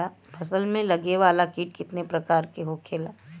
फसल में लगे वाला कीट कितने प्रकार के होखेला?